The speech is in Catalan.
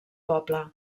poble